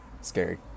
Scary